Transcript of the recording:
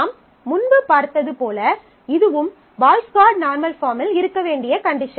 நாம் முன்பு பார்த்தது போல இதுவும் பாய்ஸ் கோட் நார்மல் பாஃர்ம்மில் இருக்க வேண்டிய கண்டிஷன்